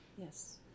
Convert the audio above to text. yes